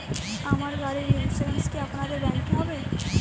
আমার গাড়ির ইন্সুরেন্স কি আপনাদের ব্যাংক এ হবে?